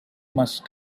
must